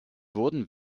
wurden